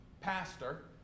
pastor